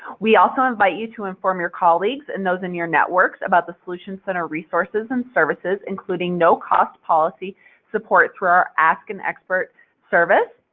we also invite you to inform your colleagues and those in your networks about the solutions center resources and services, including no-cost policy support through our ask-an-expert service.